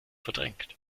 verdrängt